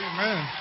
Amen